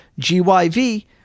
GYV